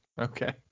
Okay